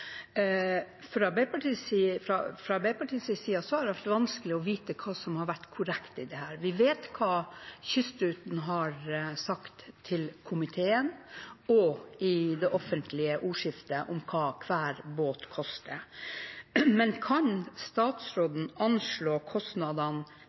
Fra Arbeiderpartiets side har det vært vanskelig å vite hva som har vært korrekt i dette. Vi vet hva Havila Kystruten har sagt til komiteen og i det offentlige ordskiftet om hva hver båt koster, men kan